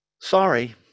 Sorry